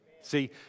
See